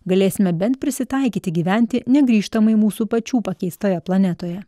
galėsime bent prisitaikyti gyventi negrįžtamai mūsų pačių pakeistoje planetoje